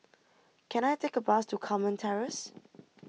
can I take a bus to Carmen Terrace